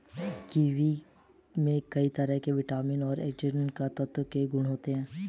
kiwi में कई तरह के विटामिन और एंटीऑक्सीडेंट तत्व के गुण होते है